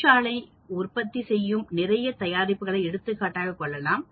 தொழிற்சாலையில் உற்பத்தி செய்யும் நிறைய தயாரிப்புகளை எடுத்துக்காட்டாக கொள்ளலாம்